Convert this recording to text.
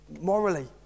morally